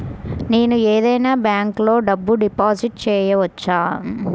నేను ఏదైనా బ్యాంక్లో డబ్బు డిపాజిట్ చేయవచ్చా?